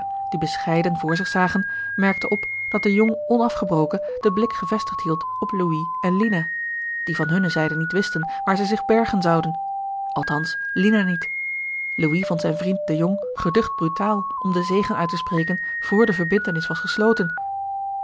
die bescheiden voor zich zagen merkte op dat de jong onafgebroken den blik gevestigd hield op louis en lina die van hunne zijde niet wisten waar zij zich bergen zouden althans lina niet louis vond zijn vriend de jong geducht brutaal om den zegen uit te spreken voor de verbintenis was gesloten